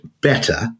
better